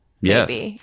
Yes